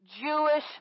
Jewish